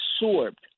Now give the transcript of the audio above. absorbed